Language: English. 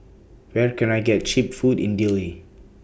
Where Can I get Cheap Food in Dili